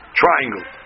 triangle